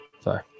Sorry